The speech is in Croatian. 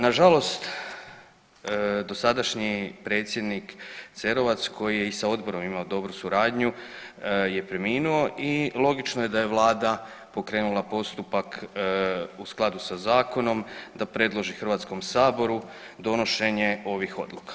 Nažalost dosadašnji predsjednik Cerovac koji je i sa odborom imao dobru suradnju je preminuo i logično je da je Vlada pokrenula postupak u skladu sa zakonom da predloži HS-u donošenje ovih odluka.